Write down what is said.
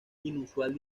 inusual